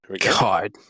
God